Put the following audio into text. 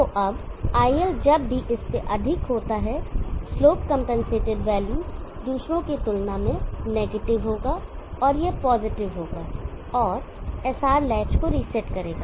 तो अब iL जब भी इससे अधिक होता है स्लोप कंपनसेटेड वैल्यू दूसरों की तुलना में नेगेटिव होगा और यह पॉजिटिव होगा और SR लैच को रीसेट करेगा